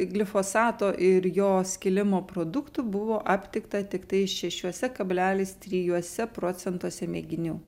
glifosato ir jo skilimo produktų buvo aptikta tiktai šešiuose kablelis trijuose procentuose mėginių